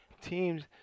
Teams